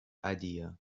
idea